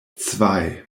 zwei